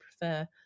prefer